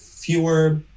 fewer